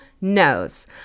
knows